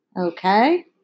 Okay